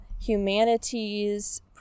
humanities